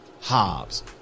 Hobbs